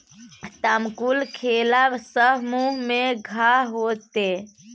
तमाकुल खेला सँ मुँह मे घाह होएत